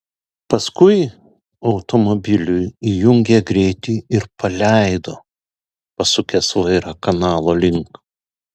paskui automobiliui įjungė greitį ir paleido pasukęs vairą kanalo link